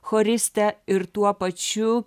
choristę ir tuo pačiu